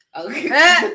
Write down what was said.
okay